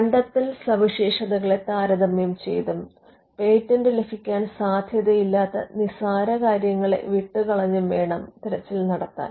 കണ്ടെത്തൽ സവിശേഷതകളെ താരതമ്യം ചെയ്തും പേറ്റന്റ് ലഭിക്കാൻ സാധ്യത ഇല്ലാത്ത നിസ്സാര കാര്യങ്ങളെ വിട്ടുകളഞ്ഞും വേണം തിരച്ചിൽ നടത്താൻ